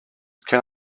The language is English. can